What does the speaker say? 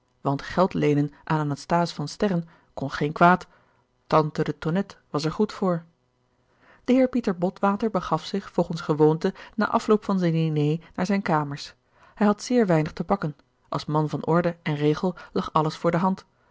want geld leenen aan anasthase van sterren kon geen kwaad tante de tonnette was er goed voor de heer pieter botwater begaf zich volgens gewoonte na afloop van zijn diner naar zijne kamers hij had zeer weinig te pakken als man van orde en regel lag alles voor de hand